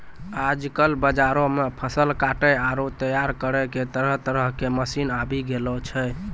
आजकल बाजार मॅ फसल काटै आरो तैयार करै के तरह तरह के मशीन आबी गेलो छै